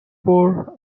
for